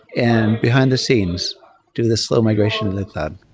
and behind the scenes do this little migration in the cloud.